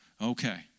Okay